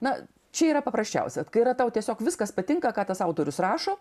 na čia yra paprasčiausia kai yra tau tiesiog viskas patinka ką tas autorius rašo